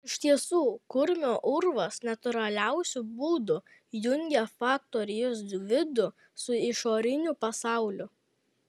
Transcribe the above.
iš tiesų kurmio urvas natūraliausiu būdu jungė faktorijos vidų su išoriniu pasauliu